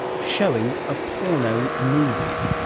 showing a porno movie.